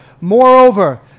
Moreover